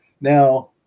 now